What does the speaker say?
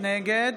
נגד